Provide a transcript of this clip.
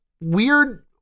weird